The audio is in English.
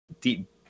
deep